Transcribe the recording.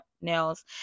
nails